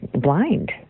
blind